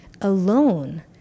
alone